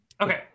Okay